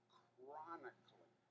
chronically